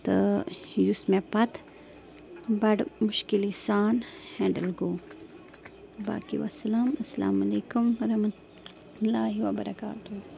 تہٕ یُس مےٚ پَتہٕ بڑٕ مُشکِلی سان ہٮ۪نٛڈٕل گوٚو باقی وسلام السلام علیکُم ورَحمتُہ اللہ وَبرکاتہوٗ